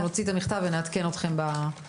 אנחנו נוציא את המכתב ונעדכן אתכם בהתקדמות.